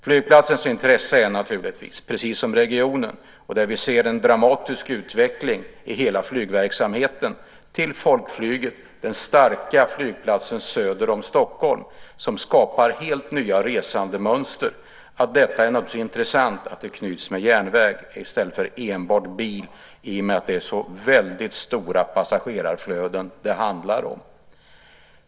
Flygplatsens intresse är naturligtvis detsamma som regionens, och vi ser en dramatisk utveckling i hela flygverksamheten till folkflyget: den starka flygplatsen söder om Stockholm som skapar helt nya resandemönster. Det är naturligtvis intressant att detta knyts till järnvägen i stället för enbart biltrafik i och med att det är så väldigt stora passagerarflöden det handlar om.